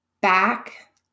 back